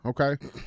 Okay